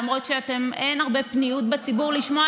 למרות שאין הרבה פניות בציבור לשמוע